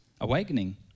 awakening